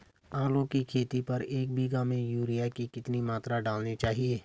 आलू की खेती पर एक बीघा में यूरिया की कितनी मात्रा डालनी चाहिए?